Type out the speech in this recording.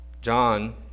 John